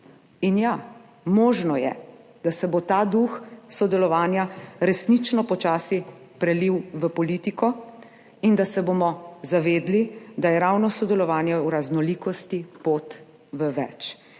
In ja, možno je, da se bo ta duh sodelovanja resnično počasi prelil v politiko in da se bomo zavedali, da je ravno sodelovanje v raznolikosti pot v več